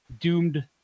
doomed